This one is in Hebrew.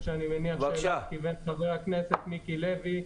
שאני מניח שאליו כיוון חבר הכנסת מיקי לוי.